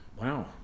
wow